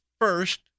first